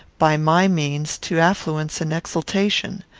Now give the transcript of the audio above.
by my means, to affluence and exultation.